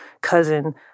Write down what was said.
cousin